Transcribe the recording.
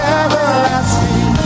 everlasting